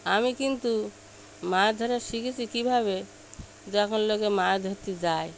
আমি কিন্তু মাছ ধরা শিখেছি কী ভাবে যখন লোকে মাছ ধরতে যায়